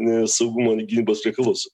nei saugumo ir gynybos reikaluose